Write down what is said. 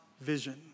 vision